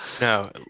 no